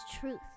Truth